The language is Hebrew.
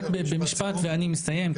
רק במשפט ואני מסיים,